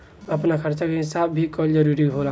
आपन खर्चा के हिसाब भी कईल जरूरी होला